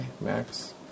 max